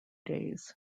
days